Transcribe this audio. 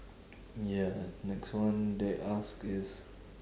ya next one they ask is